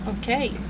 Okay